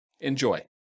Enjoy